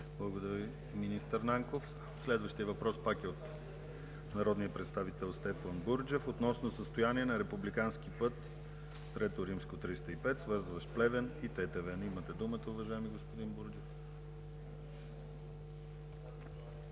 Благодаря Ви, министър Нанков. Следващият въпрос пак е от народния представител Стефан Бурджев относно състояние на републикански път III-305, свързващ Плевен и Тетевен. Имате думата, уважаеми господин Бурджев.